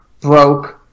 broke